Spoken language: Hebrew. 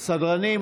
סדרנים,